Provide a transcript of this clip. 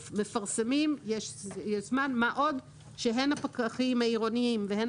מפרסמים מה עוד שהן הפקחים העירוניים והן